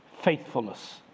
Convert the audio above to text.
faithfulness